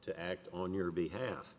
to act on your behalf